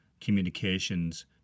communications